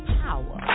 power